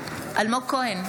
אלמוג כהן,